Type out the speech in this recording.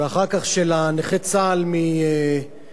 ואחר כך של נכה צה"ל מיהוד